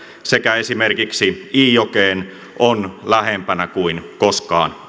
sekä esimerkiksi iijokeen on lähempänä kuin koskaan aikaisemmin